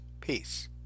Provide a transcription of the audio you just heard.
Peace